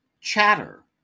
Chatter